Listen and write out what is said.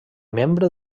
membre